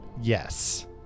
Yes